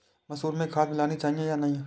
मसूर में खाद मिलनी चाहिए या नहीं?